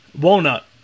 Walnut